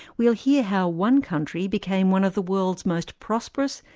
we'll hear how one country became one of the world's most prosperous,